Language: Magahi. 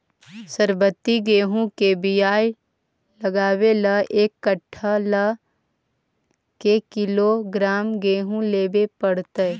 सरबति गेहूँ के बियाह लगबे ल एक कट्ठा ल के किलोग्राम गेहूं लेबे पड़तै?